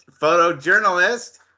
photojournalist